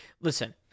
listen